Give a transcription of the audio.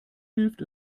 hilft